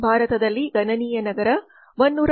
ಭಾರತದಲ್ಲಿ ಗಣನೀಯ ನಗರ 148